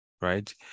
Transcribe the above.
right